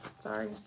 Sorry